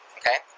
okay